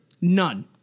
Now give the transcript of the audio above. None